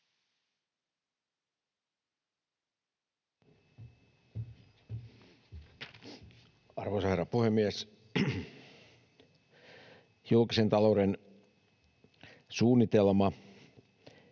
Arvoisa herra puhemies! Julkisen talouden suunnitelma